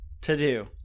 To-do